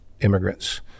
immigrants